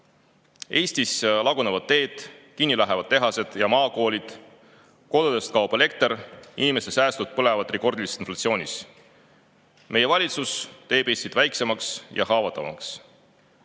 Eestis lagunevad teed, kinni lähevad tehased ja maakoolid, kodudest kaob elekter, inimeste säästud põlevad rekordilises inflatsioonis. Meie valitsus teeb Eestit väiksemaks ja haavatavamaks.